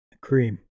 Cream